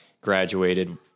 graduated